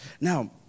Now